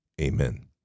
Amen